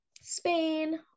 Spain